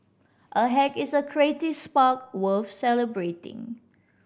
a hack is a creative spark worth celebrating